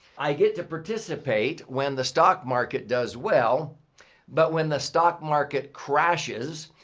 i get to participate when the stock market does well but when the stock market crashes,